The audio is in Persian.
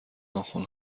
ناخن